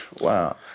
Wow